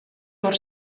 por